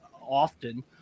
often